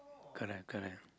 correct correct